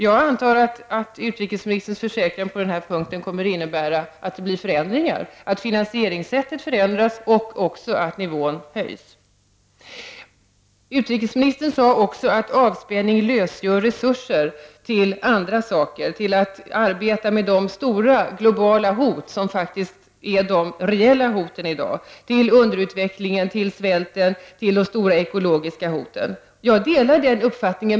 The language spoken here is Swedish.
Jag antar att utrikesministerns försäkran på denna punkt kommer att innebära att det blir förändringar, att finansieringssättet förändras och också att nivån höjs. Utrikesministern sade också att avspänning lösgör resurser till andra saker, till att arbeta med de stora globala hoten, som är de reella hoten i dag — underutvecklingen, svälten, de stora ekologiska hoten. Jag delar den uppfattningen.